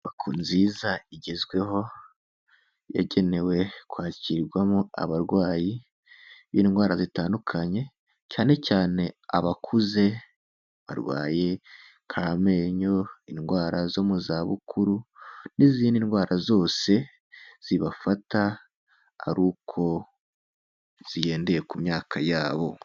Inyubako nziza igezweho yagenewe kwakirwamo abarwayi b'indwara zitandukanye cyane cyane abakuze barwaye nk'amenyo, indwara zo mu zabukuru n'izindi ndwara zose zibafata aruko zigendeye ku myaka yabo.